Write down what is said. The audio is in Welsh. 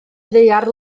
ddaear